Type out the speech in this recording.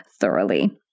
Thoroughly